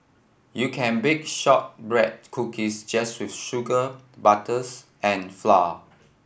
you can bake shortbread cookies just with sugar butters and flour